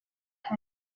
kare